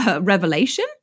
revelation